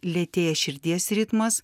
lėtėja širdies ritmas